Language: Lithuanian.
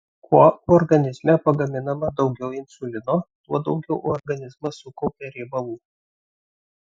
kuo organizme pagaminama daugiau insulino tuo daugiau organizmas sukaupia riebalų